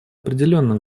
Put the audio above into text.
определенно